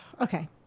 Okay